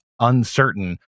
uncertain